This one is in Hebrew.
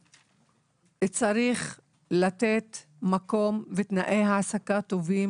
צריך לתת מקום ותנאי העסקה טובים